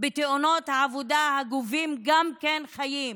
בתאונות העבודה, שגם הן גובות חיים,